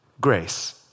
grace